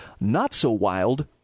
not-so-wild